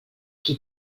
qui